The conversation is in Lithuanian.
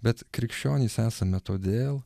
bet krikščionys esame todėl